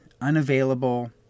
unavailable